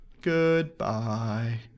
Goodbye